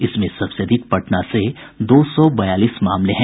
इसमें सबसे अधिक पटना से दो सौ बयालीस मामले हैं